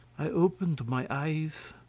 i opened my eyes,